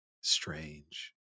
Strange